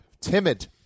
Timid